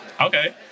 Okay